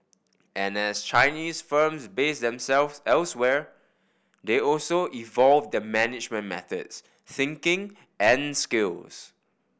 and as Chinese firms base themselves elsewhere they also evolve their management methods thinking and skills